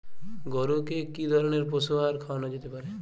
গরু কে কি ধরনের পশু আহার খাওয়ানো যেতে পারে?